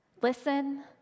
listen